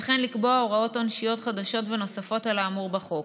וכן לקבוע הוראות עונשיות חדשות ונוספות על האמור בחוק,